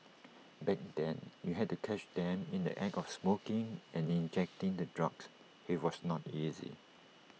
back then you had to catch them in the act of smoking and injecting the drugs he was not easy